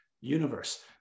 universe